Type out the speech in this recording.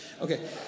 Okay